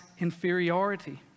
inferiority